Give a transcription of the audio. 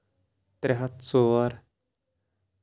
ترٛےٚ ہَتھ ژور